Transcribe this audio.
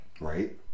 Right